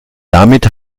damit